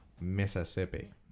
Mississippi